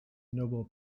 nobel